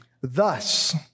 Thus